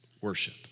Worship